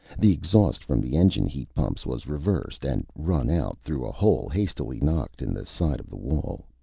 the exhaust from the engine heat pumps was reversed, and run out through a hole hastily knocked in the side of the wall.